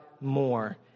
more